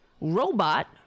robot